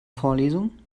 vorlesung